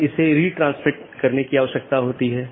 इसलिए उन्हें सीधे जुड़े होने की आवश्यकता नहीं है